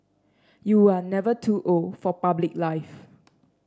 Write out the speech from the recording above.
you are never too old for public life